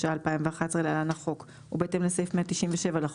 התשע"א-2011 (להלן החוק) ובהתאם לסעיף 197 לחוק,